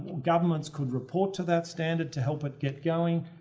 governments could report to that standard to help it get going.